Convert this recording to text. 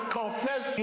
confess